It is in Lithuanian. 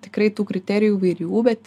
tikrai tų kriterijų įvairių bet